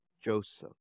Joseph